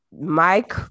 Mike